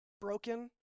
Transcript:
broken